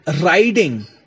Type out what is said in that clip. riding